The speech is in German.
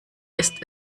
ist